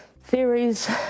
theories